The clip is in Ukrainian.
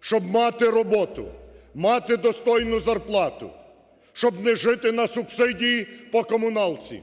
щоб мати роботу, мати достойну зарплату, щоб не жити на субсидії по комуналці,